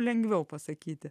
lengviau pasakyti